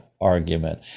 argument